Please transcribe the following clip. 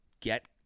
get